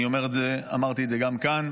אני אומר את זה, ואמרתי את זה גם כאן: